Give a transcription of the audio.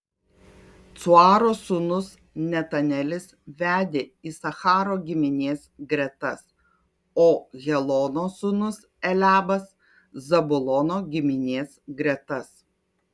cuaro sūnus netanelis vedė isacharo giminės gretas o helono sūnus eliabas zabulono giminės gretas